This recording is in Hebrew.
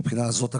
מהבחינה הזאת,